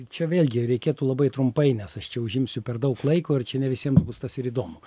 čia vėlgi reikėtų labai trumpai nes aš čia užimsiu perdaug laiko ir čia ne visiems bus tas ir įdomu